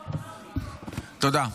תודה.